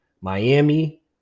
Miami